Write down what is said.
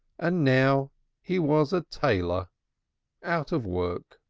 and now he was a tailor out of work.